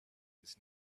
his